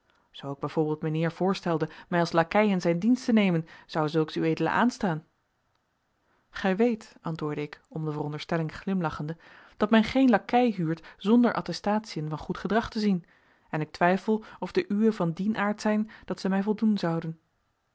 b v mijnheer voorstelde mij als lakei in zijn dienst te nemen zou zulks ued aanstaan gij weet antwoordde ik om de veronderstelling glimlachende dat men geen lakei huurt zonder attestatiën van goed gedrag te zien en ik twijfel of de uwe van dien aard zijn dat zij mij voldoen zouden